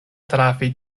trafi